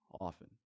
often